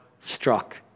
struck